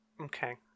Okay